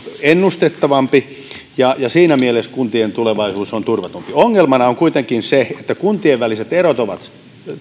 ennustettavampi ja siinä mielessä kuntien tulevaisuus on turvatumpi ongelmana on kuitenkin se että kuntien väliset erot ovat